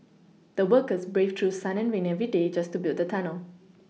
the workers braved through sun and rain every day just to build the tunnel